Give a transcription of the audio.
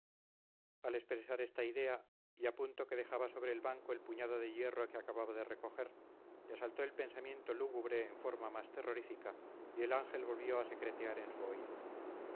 al expresar esta idea y a punto que dejaba sobre el banco el puñado de hierro que acababa de recoger le asaltó el pensamiento lúgubre en forma más terrorífica y el ángel volvió a secretear en su oído